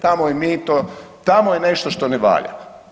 Tamo je mito, tamo je nešto što ne valja.